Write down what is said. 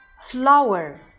flower